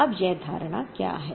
अब क्या धारणा है